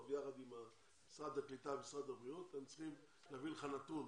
ויחד עם משרד הקליטה ומשרד הבריאות והם צריכים להביא לך נתון